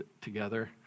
together